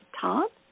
top